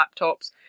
laptops